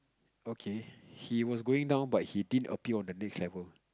okay he was going down but he didn't appear on the next level